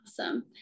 Awesome